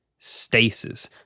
Stasis